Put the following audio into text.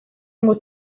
ngo